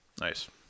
Nice